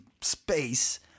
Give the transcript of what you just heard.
space